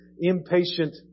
impatient